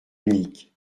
unique